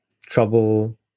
trouble